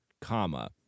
comma